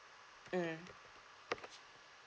um